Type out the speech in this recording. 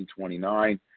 1929